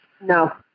No